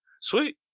sweet